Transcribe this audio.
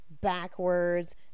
backwards